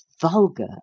vulgar